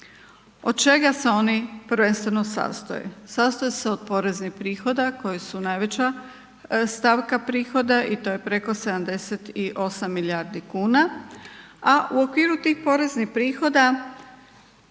Od čega se oni prvenstveno sastoje? Sastoje se od poreznih prihoda koja su najveća stavka prihoda i to je preko 78 milijardi kuna, a u okviru tih poreznih prihoda